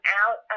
out